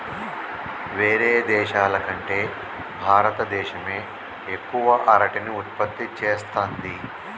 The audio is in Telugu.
వేరే దేశాల కంటే భారత దేశమే ఎక్కువ అరటిని ఉత్పత్తి చేస్తంది